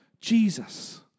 Jesus